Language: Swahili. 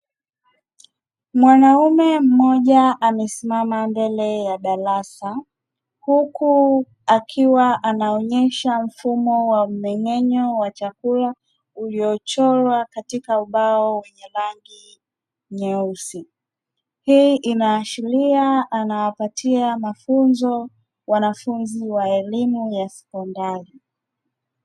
Mwanaume mmoja amesimama mbele ya darasa huku akiwa anaonyesha mfumo wa mmeng'enyo wa chakula uliochorwa katika ubao wenye rangi nyeusi. Hii inaashiria anawapatia mafunzo wanafunzi wa elimu ya sekondari.